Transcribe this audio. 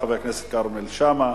חבר הכנסת כרמל שאמה.